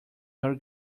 your